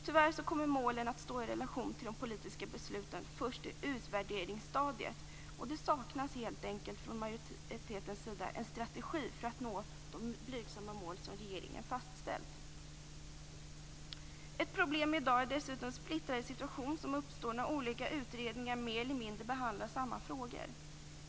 Tyvärr kommer målen att stå i relation till de politiska besluten först på utvärderingsstadiet. Majoriteten saknar helt enkelt en strategi för att nå de blygsamma mål som regeringen fastställt. Ett problem i dag är den splittrade situation som uppstår när olika utredningar mer eller mindre behandlar samma frågor.